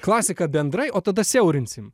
klasika bendrai o tada siaurinsim